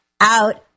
out